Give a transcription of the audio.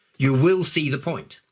you will see the point.